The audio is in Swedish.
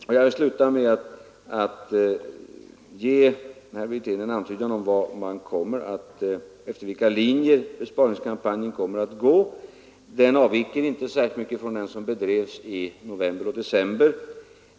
Jag vill sluta med att ge herr Wirtén en antydan om efter vilka linjer besparingskampanjen kommer att gå; den avviker inte särskilt mycket från den som bedrevs i november och december.